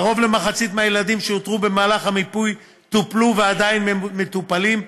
קרוב למחצית מהילדים שאותרו במהלך המיפוי טופלו ועדיין מטופלים,